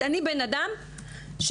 אני בן אדם פשוט,